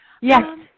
Yes